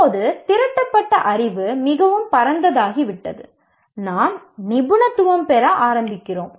இப்போது திரட்டப்பட்ட அறிவு மிகவும் பரந்ததாகிவிட்டது நாம் நிபுணத்துவம் பெற ஆரம்பிக்கிறோம்